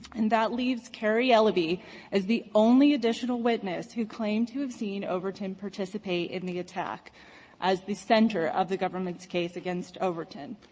and that leaves carrie eleby as the only additional witness who claimed to have seen overton participate in the attack as the center of the government's case against overton.